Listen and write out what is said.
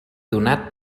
donat